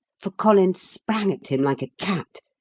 for collins sprang at him like a cat,